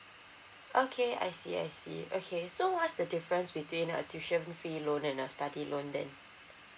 okay I see I see okay so what's the difference between a tuition fee loan and a study loan then